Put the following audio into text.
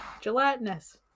Gelatinous